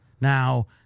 Now